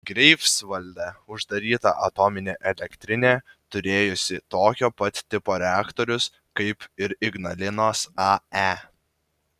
greifsvalde uždaryta atominė elektrinė turėjusi tokio pat tipo reaktorius kaip ir ignalinos ae